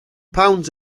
pounds